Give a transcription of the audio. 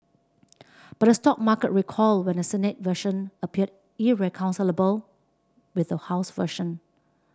but the stock market recoiled when the Senate version appeared irreconcilable with the House version